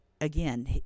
again